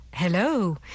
Hello